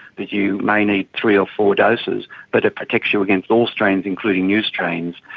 that you may need three or four doses but it protects you against all strains, including new strains.